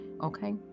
okay